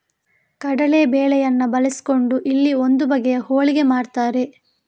ಕಡಲೇ ಬೇಳೆಯನ್ನ ಬಳಸಿಕೊಂಡು ಇಲ್ಲಿ ಒಂದು ಬಗೆಯ ಹೋಳಿಗೆ ಮಾಡ್ತಾರೆ